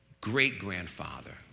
great-grandfather